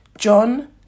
John